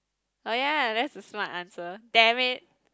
oh ya that's a smart answer damn it